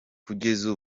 kugeza